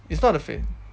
it's not the same